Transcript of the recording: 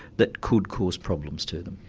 that could cause problems to them.